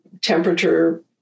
temperature